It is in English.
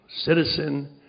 citizen